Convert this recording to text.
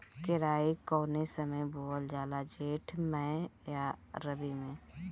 केराई कौने समय बोअल जाला जेठ मैं आ रबी में?